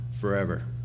forever